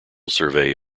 survey